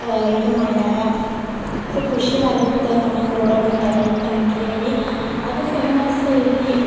ಇದು ಮಾಡ್ಯಾರ ಸೊ ಖುಷಿ ಆಗತ್ತೆ ನಮ್ಮೂರೊಳಗ ಅಂಥದ್ ಐತಂತ ಹೇಳಿ ಅದು ಫೇಮಸ್ ಐತಿ